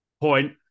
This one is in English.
point